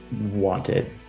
wanted